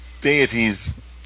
Deities